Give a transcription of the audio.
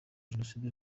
jenoside